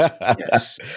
Yes